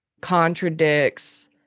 contradicts